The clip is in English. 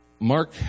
Mark